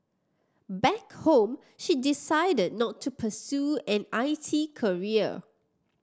back home she decided not to pursue an I T career